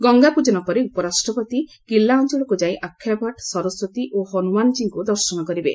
ଗଙ୍ଗାପୂଜନ ପରେ ଉପରାଷ୍ଟ୍ରପତି କିଲ୍ଲା ଅଞ୍ଚଳକୁ ଯାଇ ଅକ୍ଷୟଭଟ୍ଟ ସରସ୍ୱତୀ ଓ ହନୁମାନ୍ଜୀଙ୍କୁ ଦର୍ଶନ କରିବେ